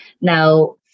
Now